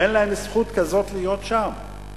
אין להם זכות כזאת להיות שם,